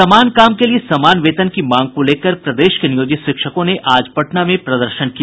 समान काम के लिये समान वेतन की मांग को लेकर प्रदेश के नियोजित शिक्षकों ने आज पटना में प्रदर्शन किया